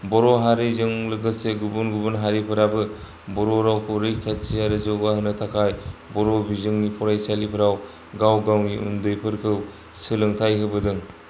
बर' हारिजों लोगोसे गुबन गुबन हारिफोराबो बर' रावखौ रैखाथि आरो जौगा होनो थाखाय बर' बिजोंनि फरायसालिफोराव गाव गावनि उनदैफोरखौ सोलोंथाय होबोदों